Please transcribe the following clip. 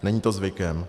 Není to zvykem.